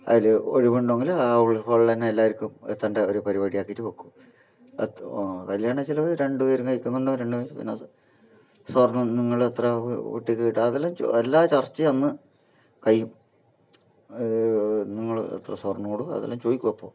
അതിൽ ഒഴിവുണ്ടെങ്കിൽ ആ ഹോളിൾ തന്നെ എല്ലാവർക്കും എത്തണ്ടേ ഒരു പരിപാടി ആക്കിയിട്ട് വെക്കും കല്ല്യാണ ചിലവ് രണ്ടു പേരും കഴിക്കുന്നുണ്ടോ പിന്നെ സ്വ സ്വർണ്ണം നിങ്ങളെത്ര കുട്ടിക്ക് ഇടും അത് എല്ലാം എല്ലാ ചർച്ച അന്ന് കഴിയും നിങ്ങളെത്ര സ്വർണ്ണ ഇടും അതെല്ലാം ചോദിക്കും അപ്പോൾ